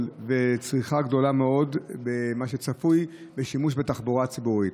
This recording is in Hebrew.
וצריכה גדולה מאוד בשימוש בתחבורה הציבורית.